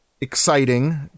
exciting